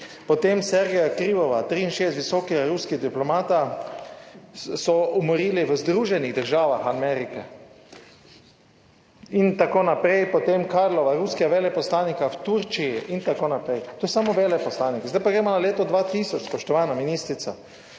Potem Sergeja Krivova, 63, visokega ruskega diplomata so umorili v Združenih državah Amerike in tako naprej. Potem Karlova, ruskega veleposlanika v Turčiji in tako naprej. To so samo veleposlaniki. Zdaj pa gremo na leto 2000, spoštovana ministrica.